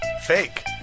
Fake